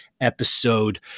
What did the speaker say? episode